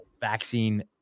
vaccine